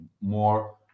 more